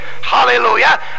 Hallelujah